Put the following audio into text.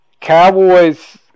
Cowboys